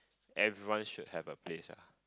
everyone should have a place ah